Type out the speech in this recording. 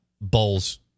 bowls